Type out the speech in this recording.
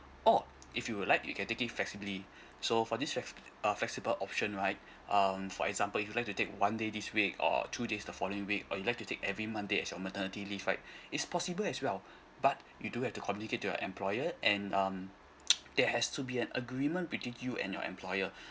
or if you would like you can take it flexibly so for this flex~ uh flexible option right um for example if you like to take one day this week or two days the following week or you'd like to take every monday as your maternity leave right it's possible as well but you do have to communicate to your employer and um there has to be an agreement between you and your employer